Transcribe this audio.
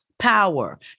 Power